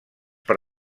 per